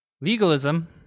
Legalism